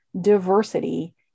diversity